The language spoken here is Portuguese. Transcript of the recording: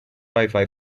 wifi